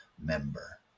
member